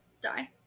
die